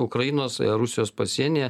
ukrainos rusijos pasienyje